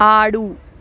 ఆడు